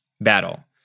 battle